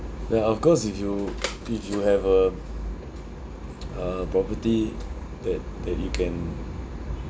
ya of course if you if you have a a property that that you can